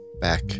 back